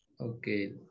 Okay